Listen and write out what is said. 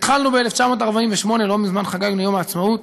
התחלנו ב-1948, לא מזמן חגגנו יום העצמאות,